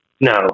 no